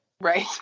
Right